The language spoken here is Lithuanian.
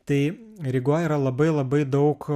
tai rygoj yra labai labai daug